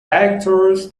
actors